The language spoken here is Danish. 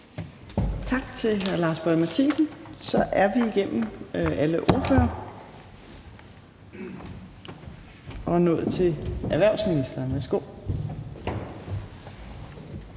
Tak til hr. Lars Boje Mathiesen. Så er vi igennem alle ordførere og nået til erhvervsministeren. Værsgo.